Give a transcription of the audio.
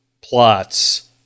plots